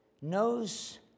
knows